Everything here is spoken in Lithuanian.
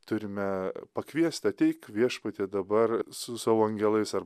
turime pakviesti ateik viešpatie dabar su savo angelais ar